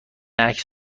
عکس